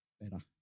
better